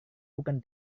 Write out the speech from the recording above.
bukan